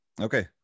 Okay